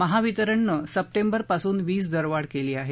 महावितरणने सप्टेंबरपासून वीज दरवाढ केली आहे